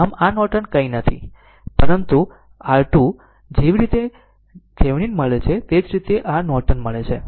આમ R Norton કંઈ નથી પરંતુ R2 જે રીતે થેવેનિન મળે છે તે જ રીતે R નોર્ટન મળે છે